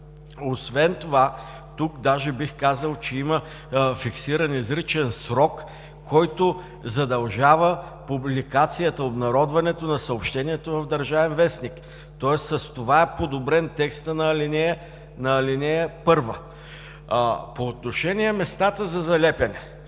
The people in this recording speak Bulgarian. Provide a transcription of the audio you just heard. Освен това бих казал, че тук има фиксиран изричен срок, който задължава публикацията, обнародването на съобщението в „Държавен вестник“, тоест с това е подобрен текстът на ал. 1. По отношение на местата за залепване